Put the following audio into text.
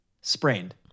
Sprained